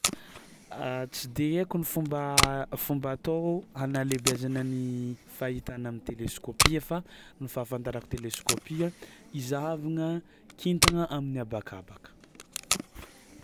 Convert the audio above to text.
Tsy de haiko ny fomba fomba atao hanalehibiazana ny fahitana am'teleskôpia fa ny fahafantarako teleskôpia izahavagna kintagna amin'ny habakabaka.